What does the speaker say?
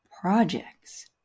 projects